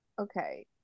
Okay